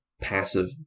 passive